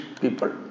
people